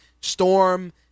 Storm